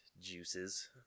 juices